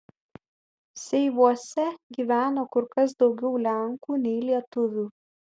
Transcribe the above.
seivuose gyveno kur kas daugiau lenkų nei lietuvių